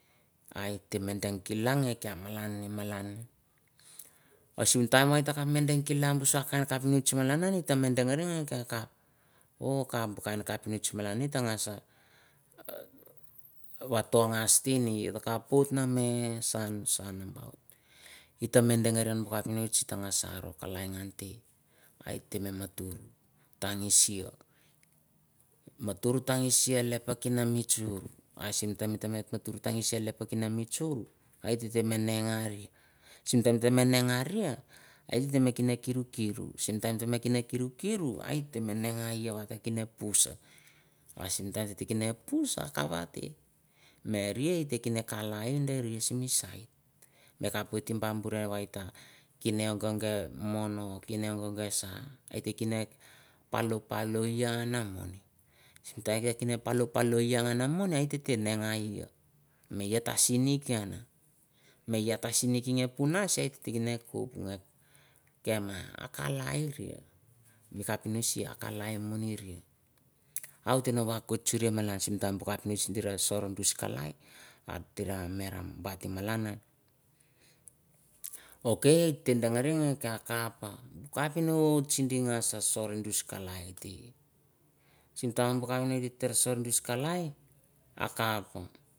Ite malan deng kulang te me e malan e ma ang e sim taim e ka deng kila kapnitch nedegering we katca or kain kapnitch taugasa wato kasing wakaput me sansai mi temedann kalai gantai talusa matur tagasia kinamirsur na mi chur a asetemeteme tao sim matur itagusinr na mi chur a sim temeteme watur itutur tengotor a dank dank aru me nekune me me kenekene riru mi ne me kalai beris otis mis sai ekap demguran ewata kene palo palo wanori mon palopalo vanomon ite engivai me yang tasi ngiangi gi ken kupangan gema akalai ria aklia nu miri wakot sini bu kepnitch sim bulai a kelai agit nom bit malanan ok etedere e kedeeri we akap.